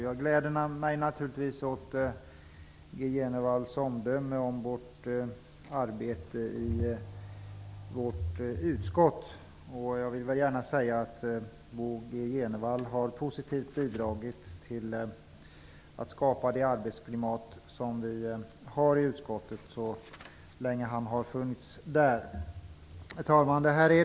Jag gläder mig naturligtvis åt Bo G Jenevall har positivt bidragit till att skapa det arbetsklimat som vi har i utskottet. Herr talman!